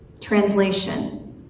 translation